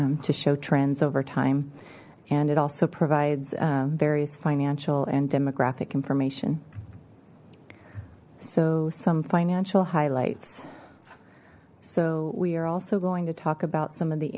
to show trends over time and it also provides various financial and demographic information so some financial highlights so we are also going to talk about some of the